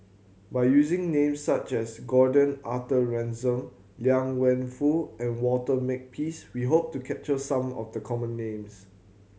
by using names such as Gordon Arthur Ransome Liang Wenfu and Walter Makepeace we hope to capture some of the common names